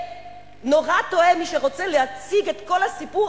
ונורא טועה מי שרוצה להציג את כל הסיפור